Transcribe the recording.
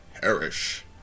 perish